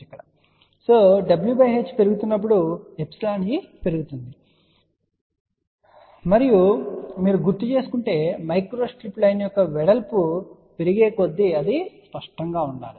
కాబట్టి w h పెరుగుతున్నప్పుడు εe పెరుగుతుంది అని మనము సురక్షితంగా చెప్పగలం మరియు మీరు గుర్తుచేసుకుంటే మైక్రోస్ట్రిప్ లైన్ యొక్క వెడల్పు పెరిగేకొద్దీ అది స్పష్టంగా ఉండాలి